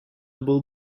был